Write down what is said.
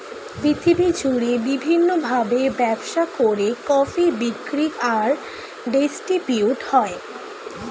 পৃথিবী জুড়ে বিভিন্ন ভাবে ব্যবসা করে কফি বিক্রি আর ডিস্ট্রিবিউট হয়